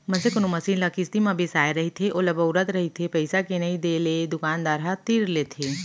मनसे कोनो मसीन ल किस्ती म बिसाय रहिथे ओला बउरत रहिथे पइसा के नइ देले दुकानदार ह तीर लेथे